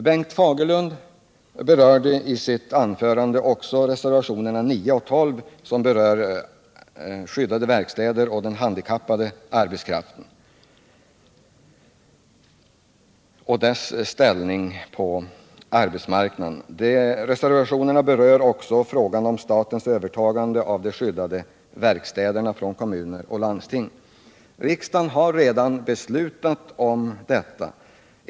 Bengt Fagerlund berörde i sitt anförande även reservationerna 9 och 12, där de skyddade verkstäderna och den handikappade arbetskraften och dess ställning på arbetsmarknaden behandlas. Riksdagen har redan beslutat i denna fråga.